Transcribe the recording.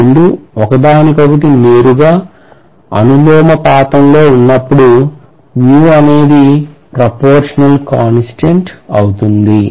ఆ రెండు ఒకదానికొకటి నేరుగా అనులోమానుపాతంలో ఉన్నప్పుడు అనేది proportionality constant అవుతుంది